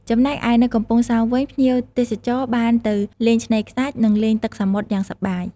ចំណែកឯនៅកំពង់សោមវិញ ភ្ញៀវទេសចរណ៍បានទៅលេងឆ្នេរខ្សាច់ និងលេងទឹកសមុទ្រយ៉ាងសប្បាយ។